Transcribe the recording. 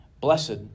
Blessed